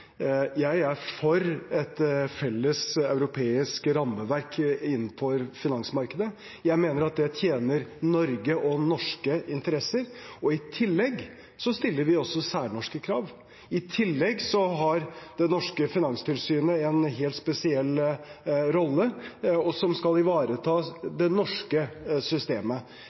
Jeg er for et felles europeisk rammeverk innenfor finansmarkedet, og jeg mener det tjener Norge og norske interesser. Vi stiller også særnorske krav, og i tillegg har det norske finanstilsynet en helt spesiell rolle, og skal ivareta det norske systemet.